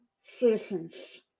citizens